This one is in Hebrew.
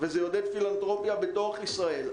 וזה יעודד פילנתרופיה בתוך ישראל.